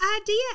idea